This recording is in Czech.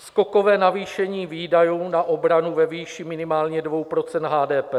Skokové navýšení výdajů na obranu ve výši minimálně 2 % HDP